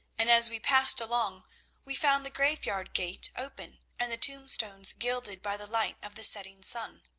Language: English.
and as we passed along we found the graveyard gate open, and the tombstones gilded by the light of the setting sun.